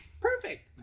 perfect